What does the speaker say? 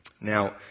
Now